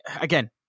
again